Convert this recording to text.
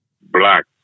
black